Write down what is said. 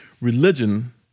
Religion